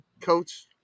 Coach